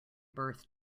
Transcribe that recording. birth